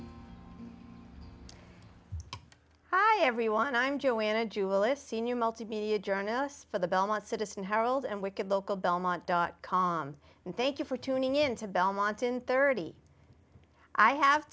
hi everyone i'm joanna jewell a senior multimedia journalist for the belmont citizen herald and wicked local belmont dot com and thank you for tuning in to belmont in thirty i have